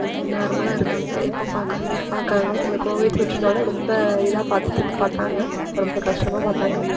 நார்மலாக இருக்காங்க எப்போவும் பார்க்குற மாதிரி பார்க்குறாங்க இந்த கோவிட் தொற்றுனால ரொம்ப இதாக பார்த்துட்டு பார்த்தாங்க அப்போ ரொம்ப கஷ்டமாக பார்த்தாங்க